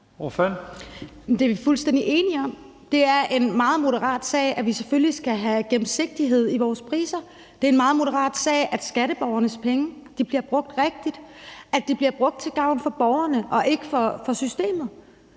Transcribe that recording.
det er vi fuldstændig enige om. Det er en sag, Moderaterne går meget op i, at vi selvfølgelig skal have gennemsigtighed i vores priser, og det er en sag, Moderaterne går meget op i, at skatteborgernes penge bliver brugt rigtigt – at de bliver brugt til gavn for borgerne og ikke til gavn for systemet.